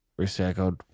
recycled